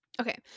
Okay